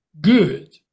good